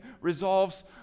resolves